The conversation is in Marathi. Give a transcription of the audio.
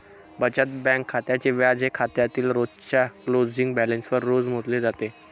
बचत बँक खात्याचे व्याज हे खात्यातील रोजच्या क्लोजिंग बॅलन्सवर रोज मोजले जाते